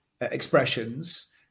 expressions